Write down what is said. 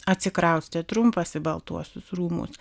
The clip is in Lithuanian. atsikraustė trumpas į baltuosius rūmus